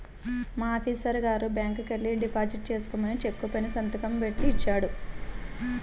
మా ఆఫీసరు గారు బ్యాంకుకెల్లి డిపాజిట్ చేసుకోమని చెక్కు పైన సంతకం బెట్టి ఇచ్చాడు